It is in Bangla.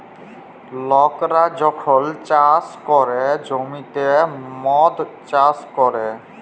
লকরা যখল চাষ ক্যরে জ্যমিতে মদ চাষ ক্যরে